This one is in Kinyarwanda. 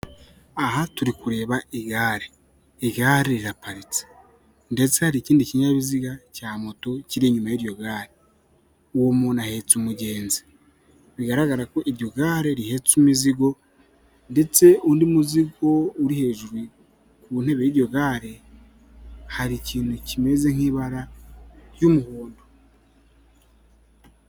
Aha turi kureba igare, igare riraparitse ndetse hari ikindi kinyabiziga cya moto kiri inyuma y'iryo gare, uwo muntu ahetse umugenzi, bigaragara ko iryo gare rihetse imizigo, ndetse undi muzingo uri hejuru ku ntebe y'iryo gare, hari ikintu kimeze nk'ibara ry'umuhondo.